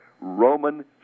Roman